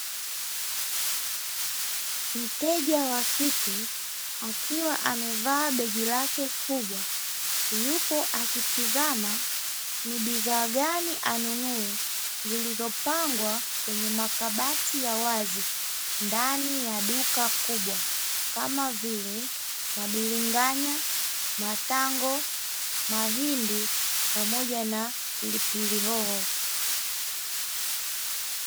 Mteja wa kike akiwa amevaa begi lake kubwa, yupo akitizama ni bidhaa gani anunue, zilizopangwa kwenye makabati ya wazi ndani ya duka kubwa, kama vile mabiringanya, matango, mahindi, pamoja na pilipili hoho.